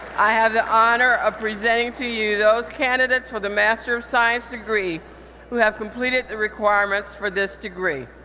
i have the honor of presenting to you those candidates for the master of science degree who have completed the requirements for this degree.